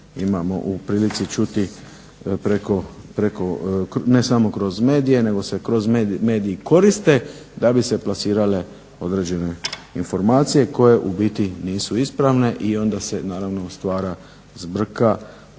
imamo u prilici čuti preko, ne samo kroz medije, nego se kroz medij koriste da bi se plasirale određene informacije koje u biti nisu ispravne i onda se naravno stvara zbrka